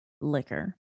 liquor